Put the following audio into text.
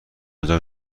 هزار